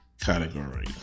category